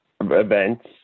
events